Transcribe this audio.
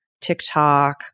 TikTok